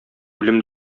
үлем